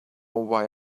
why